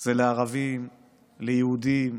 זה לערבים, ליהודים,